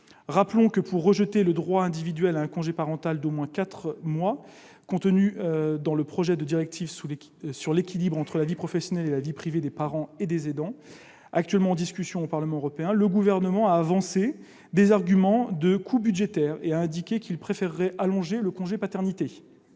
Rappelons que, pour rejeter le droit individuel à un congé parental d'au moins quatre mois, contenu dans le projet de directive sur l'équilibre entre vie professionnelle et vie privée des parents et aidants, actuellement en discussion au Parlement européen, le Gouvernement a avancé des arguments de coût budgétaire et a indiqué qu'il préférerait allonger le congé de paternité.